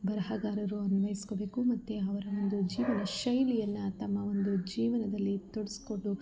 ಬರಹಗಾರರು ಅನ್ವಯ್ಸಿಕೋಬೇಕು ಮತ್ತು ಅವರ ಒಂದು ಜೀವನ ಶೈಲಿಯನ್ನು ತಮ್ಮ ಒಂದು ಜೀವನದಲ್ಲಿ ತೊಡಗಿಸ್ಕೊಂಡು